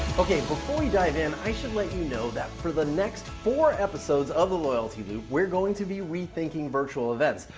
okay, before we dive in, i should let you know that for the next four episodes of the loyalty loop, we're going to be rethinking virtual events.